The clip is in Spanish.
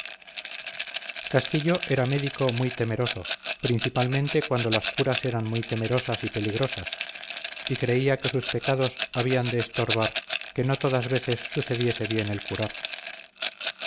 castillo era médico muy temeroso principalmente cuando las curas eran muy temerosas y peligrosas y creía que sus pecados habían de estorbar que no todas veces sucediese bien el curar